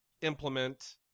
implement